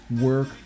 work